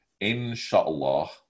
inshallah